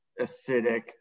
acidic